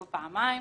לא פעמיים,